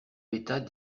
l’état